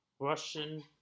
Russian